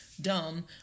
dumb